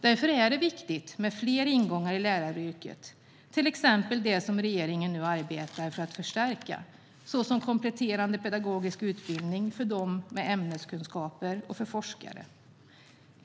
Därför är det viktigt med fler ingångar i läraryrket, till exempel det som regeringen nu arbetar med för att förstärka såsom kompletterande pedagogisk utbildning för de med ämneskunskaper och för forskare.